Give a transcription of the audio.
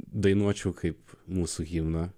dainuočiau kaip mūsų himną